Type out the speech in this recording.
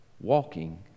walking